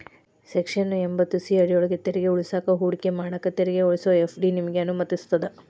section ಎಂಭತ್ತು C ಅಡಿಯೊಳ್ಗ ತೆರಿಗೆ ಉಳಿಸಾಕ ಹೂಡಿಕೆ ಮಾಡಾಕ ತೆರಿಗೆ ಉಳಿಸುವ ಎಫ್.ಡಿ ನಿಮಗೆ ಅನುಮತಿಸ್ತದ